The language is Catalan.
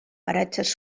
paratges